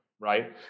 Right